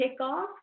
kickoff